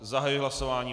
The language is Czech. Zahajuji hlasování.